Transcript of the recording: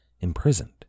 imprisoned